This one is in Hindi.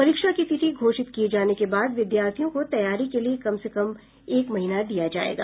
परीक्षा की तिथि घोषित किए जाने के बाद विद्यार्थियों को तैयारी के लिए कम से कम एक महीना दिया जाएगा